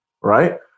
right